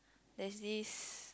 there's this